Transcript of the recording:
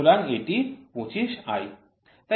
সুতরাং এটি 25 i